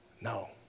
No